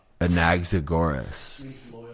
Anaxagoras